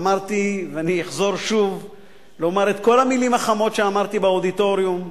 אמרתי ואחזור שוב על כל המלים החמות שאמרתי באודיטוריום: